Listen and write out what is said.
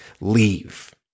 Leave